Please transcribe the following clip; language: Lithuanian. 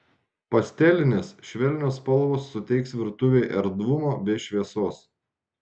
pastelinės švelnios spalvos suteiks virtuvei erdvumo bei šviesos